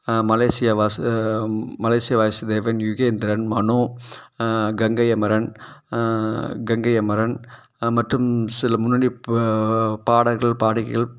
Malaysia Vasu Malaysia Vasudevan Yugendran Mano Gangai Amaran Gangai Amaran மற்றும் சில முன்னணி பாடகர்கள் பாடகிகள்